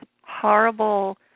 horrible